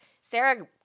Sarah